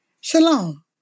Shalom